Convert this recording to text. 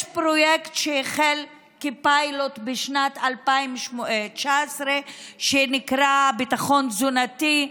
יש פרויקט שהחל כפיילוט בשנת 2019 שנקרא "ביטחון תזונתי".